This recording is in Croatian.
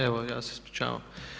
Evo, ja se ispričavam.